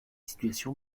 situations